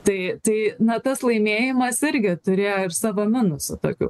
tai tai na tas laimėjimas irgi turėjo ir savo minusų tokių